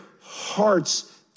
hearts